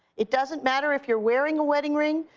it doesn't matter if you're wearing a wedding ring,